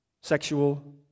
sexual